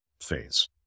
phase